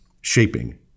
shaping